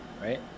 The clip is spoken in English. right